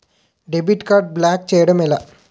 Debit card block చేయటం ఎలా?